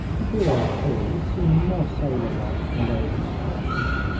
a beard, too, would seem more sailor-like than those moustaches.